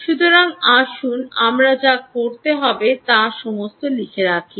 সুতরাং আসুন আমরা যা করতে হবে তা সমস্ত লিখে রাখি